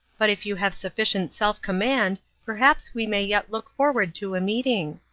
but if you have sufficient self-command perhaps we may yet look forward to a meeting.